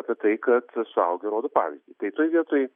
apie tai kad suaugę rodo pavyzdį tai toj vietoj